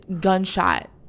gunshot